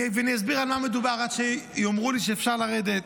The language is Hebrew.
אני אסביר על מה מדובר עד שיאמרו לי שאפשר לרדת.